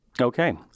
Okay